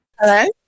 Hello